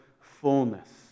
fullness